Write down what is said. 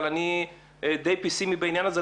אבל אני די פסימי בעניין הזה.